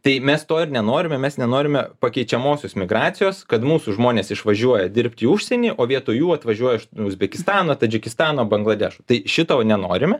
tai mes to ir nenorime mes nenorime pakeičiamosios migracijos kad mūsų žmonės išvažiuoja dirbti į užsienį o vietoj jų atvažiuoja iš uzbekistano tadžikistano bangladešo tai šito nenorime